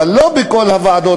אבל לא בכל הוועדות.